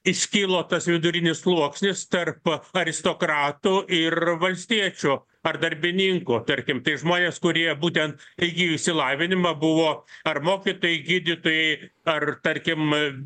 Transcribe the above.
iškilo tas vidurinis sluoksnis tarp aristokrato ir valstiečio ar darbininko tarkim tai žmonės kurie būtent įgijo išsilavinimą buvo ar mokytojai gydytojai ar tarkim